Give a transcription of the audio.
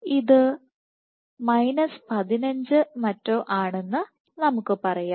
ഇത് 15 മറ്റോ ആണെന്ന് നമുക്ക് പറയാം